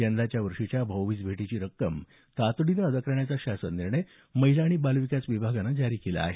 यंदाच्या वर्षीच्या भाऊबीज भेटीची रक्कम तातडीने अदा करण्याचा शासन निर्णय महिला आणि बाल विकास विभागान जारी केला आहे